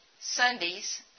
Sundays